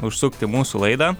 užsukt į mūsų laidą